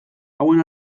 hauen